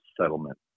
settlement